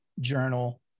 journal